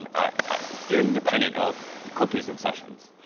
um your independent of cookies and sessions.